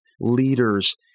leaders